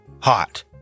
hot